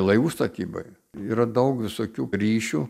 laivų statybai yra daug visokių ryšių